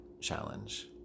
challenge